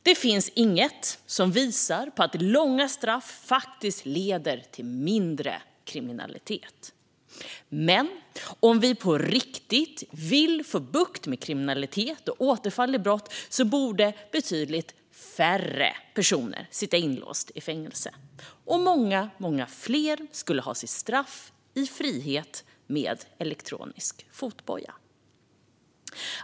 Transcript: Det finns inget som visar på att långa straff faktiskt leder till mindre kriminalitet. Men om vi på riktigt vill få bukt med kriminalitet och återfall i brott borde betydligt färre personer sitta inlåsta i fängelse. Och många, många fler borde ha sitt straff i frihet med elektronisk fotboja.